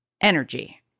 Energy